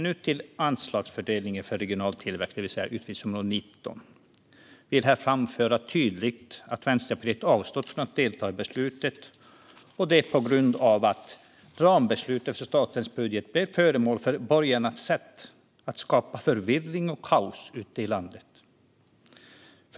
Nu till anslagsfördelningen för regional tillväxt, det vill säga utgiftsområde 19. Jag vill här tydligt framföra att Vänsterpartiet har avstått från att delta i beslutet på grund av att rambeslutet för statens budget blev föremål för borgarnas sätt att skapa förvirring och kaos ute i landet.